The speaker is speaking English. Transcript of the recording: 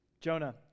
Jonah